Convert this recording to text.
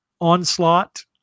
onslaught